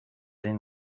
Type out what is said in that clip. den